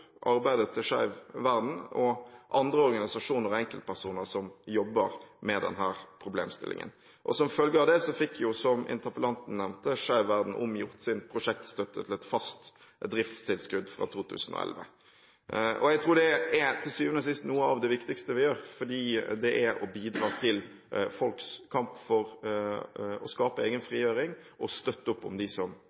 arbeidet til Skeiv Verden og andre organisasjoner og enkeltpersoner som jobber med denne problemstillingen. Som følge av dette fikk – som interpellanten nevnte – Skeiv Verden omgjort sin prosjektstøtte til et fast driftstilskudd fra 2011. Jeg tror det til syvende og sist er noe av det viktigste vi gjør, fordi det er å bidra til folks kamp for egen frigjøring og å støtte opp om dem som